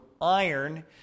iron